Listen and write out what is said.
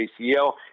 acl